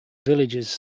villagers